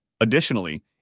Additionally